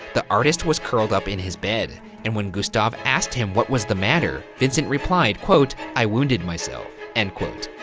the artist was curled up in his bed. and when gustave asked him what was the matter, vincent replied, quote, i wounded myself. end quote.